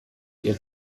ihr